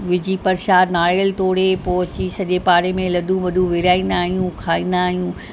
विझी परसाद नारियल तोड़े पोइ अची सॼे पाड़े में लॾूं वॾूं विरहाईंदा आहियूं खाईंदा आहियूं